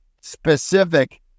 specific